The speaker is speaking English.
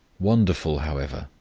wonderful, however,